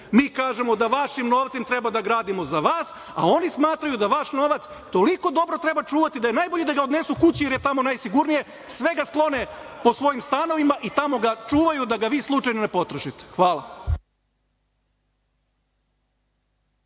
Mi kažemo da vašim novcem treba da gradimo za vas, a oni smatraju da vaš novac toliko dobro treba čuvati da najbolje da ga odnesu kući, jer je tamo najsigurnije, sve da sklone po svojim stanovima i tamo ga čuvaju da ga vi slučajno ne potrošite. Hvala.